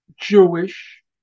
Jewish